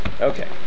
Okay